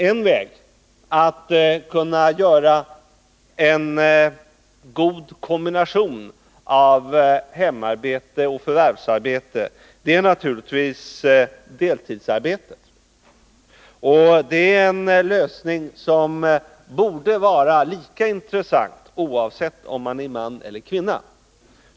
Ett sätt att kombinera hemarbete och förvärvsarbete är naturligtvis deltidsarbete. Det är en lösning som borde vara lika intressant oavsett om vederbörande är man eller kvinna.